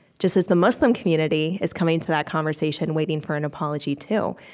just as the muslim community is coming to that conversation, waiting for an apology too.